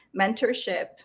mentorship